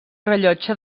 rellotge